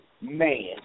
Man